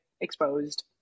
exposed